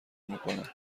میکنه